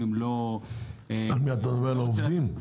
אתה מדבר על העובדים?